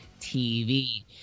TV